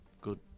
good